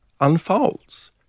unfolds